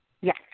Yes